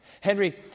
Henry